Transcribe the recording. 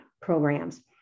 programs